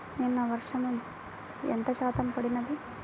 నిన్న వర్షము ఎంత శాతము పడినది?